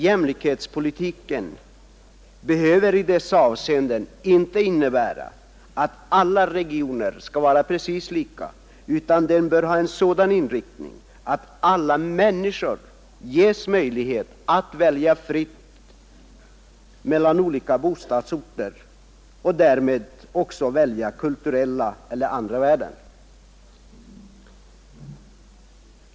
Jämlikhetspolitiken behöver i dessa avseenden inte innebära att alla regioner skall vara precis lika, utan den bör ha en sådan inriktning att alla människor ges möjlighet att välja fritt mellan olika bostadsorter och därmed också välja kulturella eller andra värden.